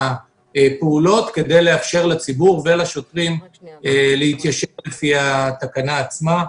הפעולות כדי לאפשר לציבור ולשוטרים להתיישר לפי התקנה עצמה.